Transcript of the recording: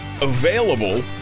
Available